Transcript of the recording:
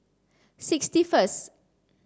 sixty first